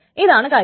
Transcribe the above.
ഇതാണ് കാര്യം